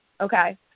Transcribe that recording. okay